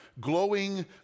glowing